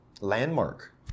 landmark